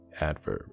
adverb